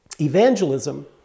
Evangelism